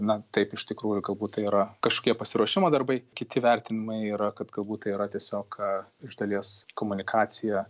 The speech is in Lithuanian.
na taip iš tikrųjų galbūt tai yra kažkokie pasiruošimo darbai kiti vertinimai yra kad galbūt tai yra tiesiog iš dalies komunikacija